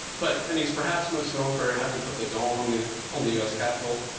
but and he's perhaps most known for having put the dome on the on the us capital.